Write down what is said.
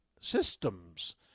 Systems